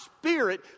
Spirit